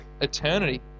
eternity